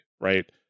Right